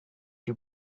too